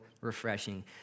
refreshing